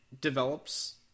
develops